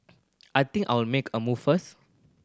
I think I'll make a move first